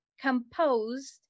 composed